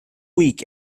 week